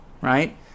Right